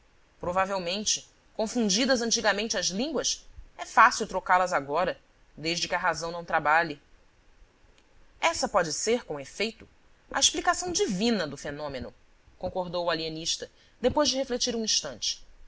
provavelmente confundidas antigamente as línguas é fácil trocá las agora desde que a razão não trabalhe essa pode ser com efeito a explicação divina do fenômeno concordou o alienista depois de refletir um instante